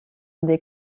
des